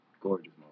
gorgeous